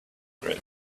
group